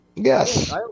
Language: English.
Yes